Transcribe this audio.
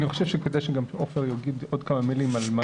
אני חושב שכדאי שגם עופר יגיד עוד כמה מילים על מה שהיה פה.